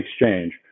exchange